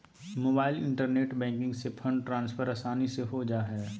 mobile internet banking से fund transfer आसानी से हो जा हइ